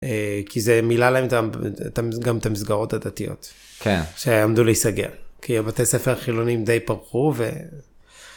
כי זה מילא להם גם את המסגרות הדתיות, שעמדו להיסגר, כי הבתי ספר החילונים די פרחו.